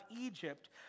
Egypt